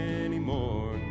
anymore